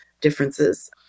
differences